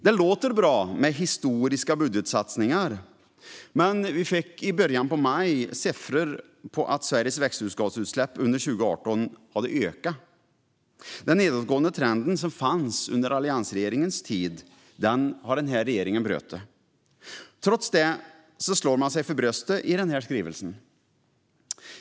Det låter bra med "historiska budgetsatsningar", men vi fick i början av maj siffror på att Sveriges växthusgasutsläpp ökade under 2018. Den nedåtgående trend som fanns under alliansregeringens tid har den här regeringen brutit. Trots det slår man sig för bröstet i skrivelsen.